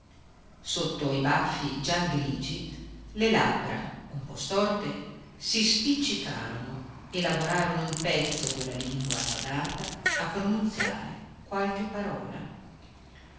sotto i baffi già grigi le labbra un po storte si spiccicarono e lavorarono un pezzo con la lingua annodata a pronunziare qualche parola